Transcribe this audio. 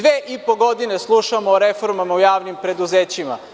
Dve i po godine slušamo o reformama u javnim preduzećima.